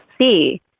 see